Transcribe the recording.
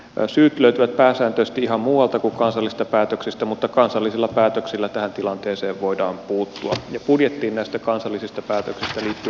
syyt löytyvät pääsääntöisesti ihan muualta kuin kansallisista päätöksistä mutta kansallisilla päätöksillä tähän tilanteeseen voidaan puuttua ja budjettiin näistä kansallisista päätöksistä liittyy ainakin kaksi